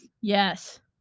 Yes